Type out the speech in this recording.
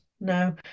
no